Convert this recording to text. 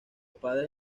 padres